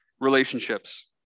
relationships